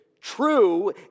true